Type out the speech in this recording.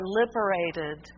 liberated